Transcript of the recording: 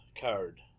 card